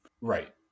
Right